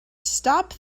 stop